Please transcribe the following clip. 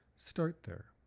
start there.